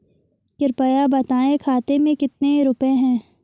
कृपया बताएं खाते में कितने रुपए हैं?